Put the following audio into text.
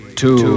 two